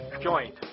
Joint